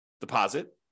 deposit